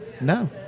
No